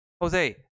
Jose